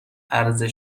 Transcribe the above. عرضه